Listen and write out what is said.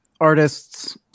artists